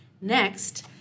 Next